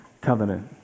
covenant